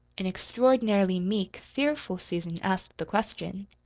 an extraordinarily meek, fearful susan asked the question.